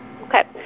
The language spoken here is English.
Okay